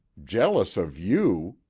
jealous of you!